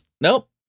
Nope